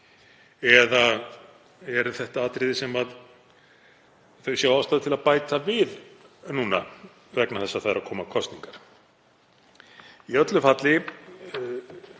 eða eru þetta atriði sem þau sjá ástæðu til að bæta við núna vegna þess að það eru að koma kosningar? Í öllu falli